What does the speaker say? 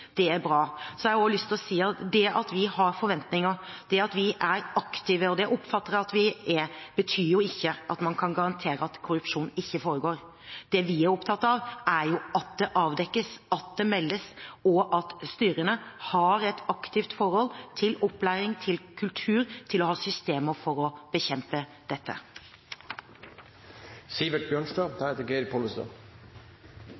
det er bra. Jeg har også lyst til å si at det at vi har forventninger, det at vi er aktive – og det oppfatter jeg at vi er – betyr jo ikke at man kan garantere at korrupsjon ikke foregår. Det vi er opptatt av, er at det avdekkes, at det meldes, og at styrene har et aktivt forhold til opplæring, til kultur, til å ha systemer for å bekjempe dette.